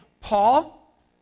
Paul